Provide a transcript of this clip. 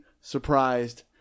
surprised